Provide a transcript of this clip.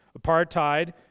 Apartheid